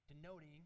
denoting